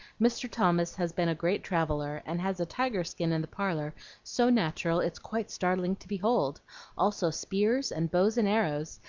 mr. thomas has been a great traveller, and has a tiger skin in the parlor so natural it's quite startling to behold also spears, and bows and arrows,